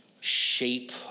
shape